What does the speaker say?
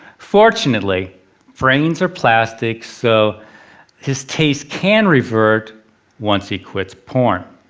fortunately brains are plastic so his taste can revert once he quits porn.